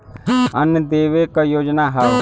अन्न देवे क योजना हव